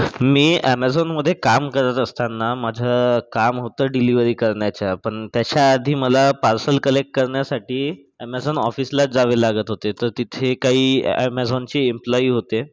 मी ॲमेझॉनमध्ये काम करत असताना माझं काम होतं डिलिवरी करण्याचं पण त्याच्याआधी मला पार्सल कलेक्ट करण्यासाठी ॲमेझॉन ऑफिसलाच जावे लागत होते तर तिथे काही ॲ ॲमझॉनचे एम्प्लॉई होते